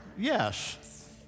Yes